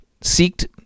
seeked